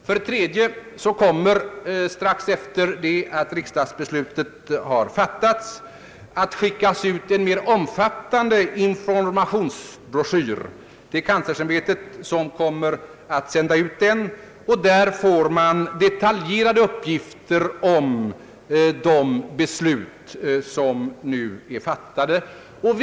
För det tredje kommer strax efter det att riksdagsbeslut har fattats att skickas ut en mer omfattande informationsbroschyr. Det är kanslersämbetet som skall sända ut den, och där kommer att finnas detaljerade uppgifter om de fattade besluten.